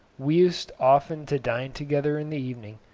we used often to dine together in the evening,